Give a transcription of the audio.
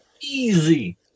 Easy